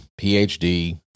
PhD